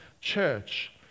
church